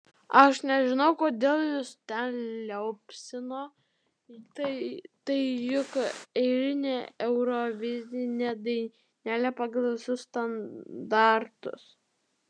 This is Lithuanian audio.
aš nežinau kodėl juos ten liaupsino tai juk eilinė eurovizinė dainelė pagal visus standartus